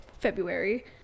February